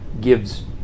gives